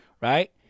Right